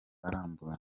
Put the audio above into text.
arambuye